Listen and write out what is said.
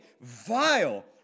vile